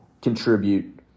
contribute